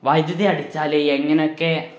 വൈദ്യുതി അടിച്ചാല് എങ്ങനൊക്കെ